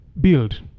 build